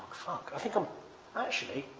fuck i think um actually